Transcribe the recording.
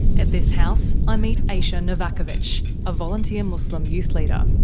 at this house, i meet aisha novakovitch, a volunteer muslim youth leader.